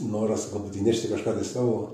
noras galbūt įnešti kažką tai savo